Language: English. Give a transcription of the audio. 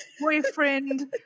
boyfriend